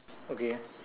okay